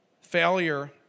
Failure